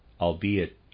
albeit